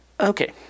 okay